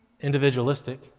individualistic